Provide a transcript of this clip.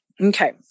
Okay